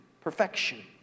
perfection